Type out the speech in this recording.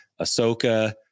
Ahsoka